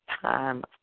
time